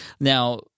now